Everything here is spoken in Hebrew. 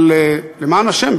אבל למען השם,